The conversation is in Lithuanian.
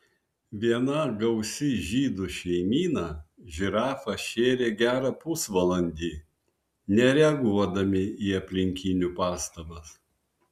viena gausi žydų šeimyna žirafą šėrė gerą pusvalandį nereaguodami į aplinkinių pastabas